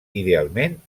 idealment